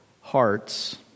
hearts